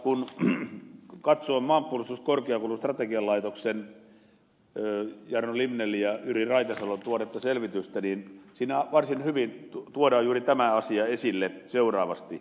kun katsoo maanpuolustuskorkeakoulun strategian laitoksen jarno limnellin ja jyri raitasalon tuoretta selvitystä siinä varsin hyvin tuodaan juuri tämä asia esille seuraavasti